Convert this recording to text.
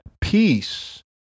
peace